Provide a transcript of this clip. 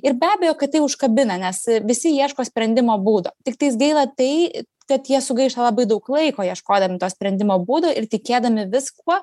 ir be abejo kad tai užkabina nes visi ieško sprendimo būdo tiktais gaila tai kad jie sugaišta labai daug laiko ieškodami to sprendimo būdo ir tikėdami viskuo